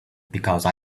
because